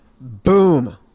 Boom